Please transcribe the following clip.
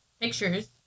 pictures